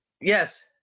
Yes